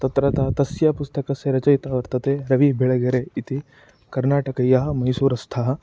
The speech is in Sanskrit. तत्र ता तस्य पुस्तकस्य रचयिता वर्तते रविबेळगेरे इति कर्नाटकया मैसूरस्थः